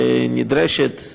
שנדרשת.